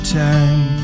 time